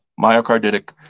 myocarditic